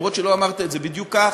גם אם לא אמרת את זה בדיוק כך,